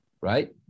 Right